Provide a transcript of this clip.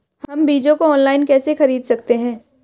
हम बीजों को ऑनलाइन कैसे खरीद सकते हैं?